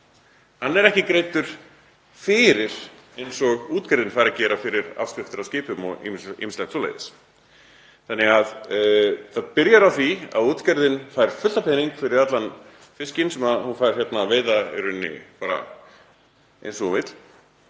Hann er ekki greiddur áður, eins og útgerðin fær að gera með afskriftir á skipum og ýmislegu svoleiðis. Það byrjar á því að útgerðin fær fullt af pening fyrir allan fiskinn sem hún fær að veiða í rauninni eins og hún